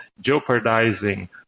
jeopardizing